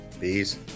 Peace